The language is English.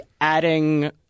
adding